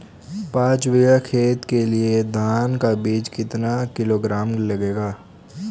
पाँच बीघा खेत के लिये धान का बीज कितना किलोग्राम लगेगा?